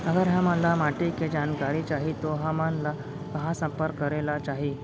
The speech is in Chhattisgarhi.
अगर हमन ला माटी के जानकारी चाही तो हमन ला कहाँ संपर्क करे ला चाही?